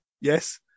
Yes